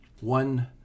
one